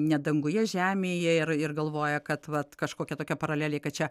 ne danguje žemėje ir ir galvoja kad vat kažkokia tokia paralelė kad čia